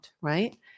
right